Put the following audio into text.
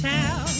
town